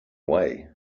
way